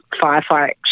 firefight